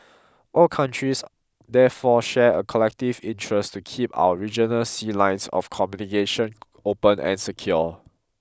all countries therefore share a collective interest to keep our regional sea lines of communication open and secure